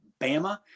Bama